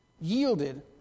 Yielded